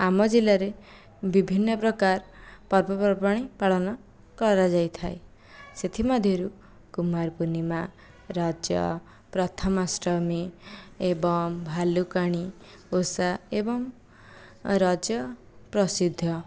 ଆମ ଜିଲ୍ଲାରେ ବିଭିନ୍ନ ପ୍ରକାର ପର୍ବ ପର୍ବାଣି ପାଳନ କରାଯାଇଥାଏ ସେଥିମଧ୍ୟରୁ କୁମାର ପୂର୍ଣ୍ଣିମା ରଜ ପ୍ରଥମାଷ୍ଟମୀ ଏବଂ ଭାଲୁକାଣି ଓଷା ଏବଂ ରଜ ପ୍ରସିଦ୍ଧ